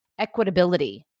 equitability